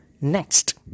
next